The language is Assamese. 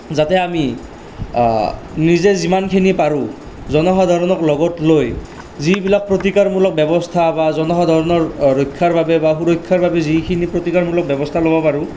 যাতে আমি নিজে যিমানখিনি পাৰোঁ জনসাধাৰণক লগত লৈ যিবিলাক প্ৰতিকাৰমূলক ব্যৱস্থা বা জনসাধাৰণৰ ৰক্ষাৰ বাবে বা সুৰক্ষাৰ বাবে যিখিনি প্ৰতিকাৰমূলক ব্যৱস্থা ল'ব পাৰোঁ